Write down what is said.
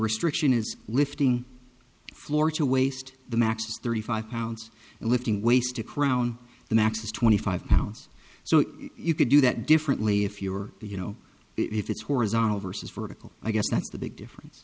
restriction is lifting floor to waste the max thirty five pounds and lifting waste a crown the max is twenty five pounds so you could do that differently if you were the you know if it's horizontal versus vertical i guess that's the big difference